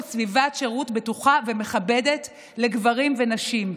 סביבת שירות בטוחה ומכבדת לגברים ונשים.